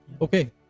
okay